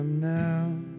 Now